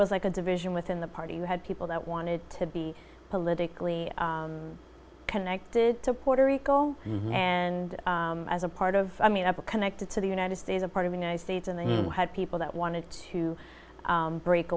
was like a division within the party you had people that wanted to be politically connected to puerto rico and as a part of i mean up connected to the united states a part of the united states and then you had people that wanted to break